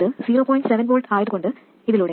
7 V ആയതുകൊണ്ടു ഇതിലൂടെയും